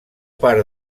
part